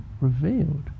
revealed